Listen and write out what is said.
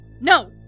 No